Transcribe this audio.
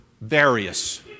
various